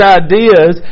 ideas